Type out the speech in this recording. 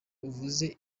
uvuze